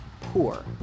poor